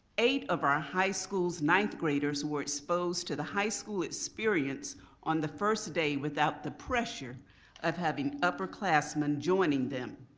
eight of our high school's ninth graders were exposed to the high school experience experience on the first day without the pressure of having upperclassmen joining them.